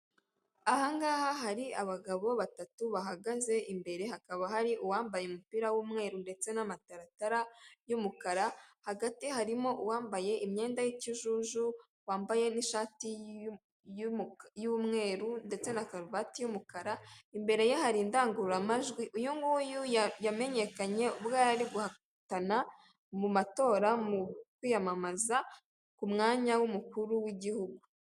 Ahaha hari abagabo batatu bahagaze imbere hakaba hari uwambaye umupira w'umweru ndetse n'amataratara y'umukara, hagati harimo uwambaye imyenda y'ikijuju wambaye n'ishati y'umweru ndetse na karuvati y'umukara imbere ye hari indangururamajwi uyu yamenyekanye ubwo yari guhatana mu matora mu kwiyamamaza ku mwanya w'umukuru w'igihugu.